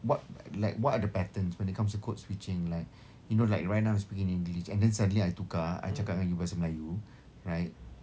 what like what are the patterns when it comes to code switching like you know like right now I'm speaking in english and then suddenly I tukar I cakap dengan you bahasa melayu